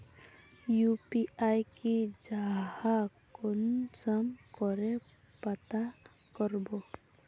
UPI की जाहा कुंसम करे पता करबो?